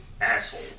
Asshole